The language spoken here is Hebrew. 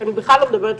אני בכלל לא מדברת,